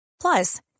Plus